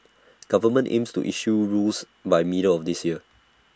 government aims to issue rules by middle of this year